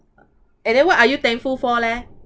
and then what are you thankful for leh